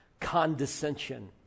condescension